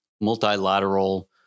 multilateral